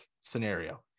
scenario